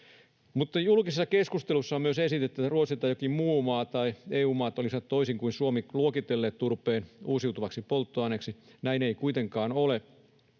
Julkisessa keskustelussa on myös esitetty, että Ruotsi tai jokin muu maa tai EU-maat olisivat, toisin kuin Suomi, luokitelleet turpeen uusiutuvaksi polttoaineeksi. Näin ei kuitenkaan ole.